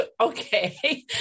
okay